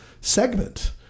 segment